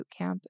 Bootcamp